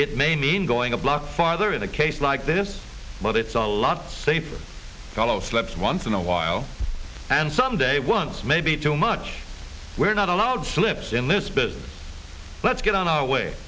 it may mean going a block farther in a case like this but it's a lot safer follow slips once in a while and someday once maybe too much we're not allowed slips in this business let's get on our way